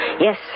Yes